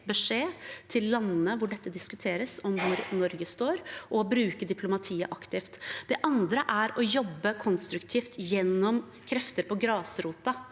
beskjed til landene hvor dette diskuteres, om hvor Norge står, og å bruke diplomatiet aktivt. Den andre er å jobbe konstruktivt gjennom krefter på grasrota